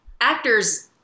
actors